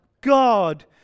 God